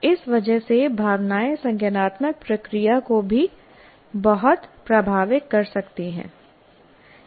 इस वजह से भावनाएं संज्ञानात्मक प्रक्रिया को भी बहुत प्रभावित कर सकती हैं